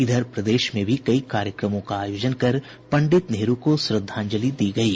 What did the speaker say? इधर प्रदेश में भी कई कार्यक्रमों का आयोजन कर पंडित नेहरू को श्रद्धांजलि दी गयी